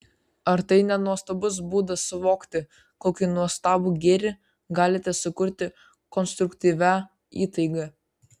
ar tai ne nuostabus būdas suvokti kokį nuostabų gėrį galite sukurti konstruktyvia įtaiga